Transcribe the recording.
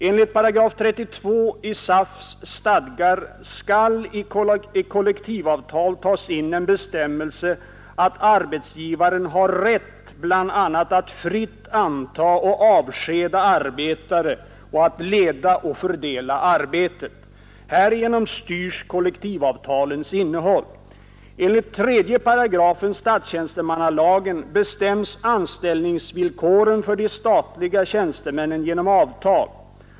Enligt § 32 i SAF:s stadgar skall i kollektivavtal tas in en bestämmelse att arbetsgivaren har rätt bl.a. att fritt anta och avskeda arbetare och att leda och fördela arbetet. Härigenom styrs kollektivavtalens innehåll. Enligt 3 § statstjänstemannalagen bestäms anställningsvillkoren för de statliga tjänstemännen genom avtal.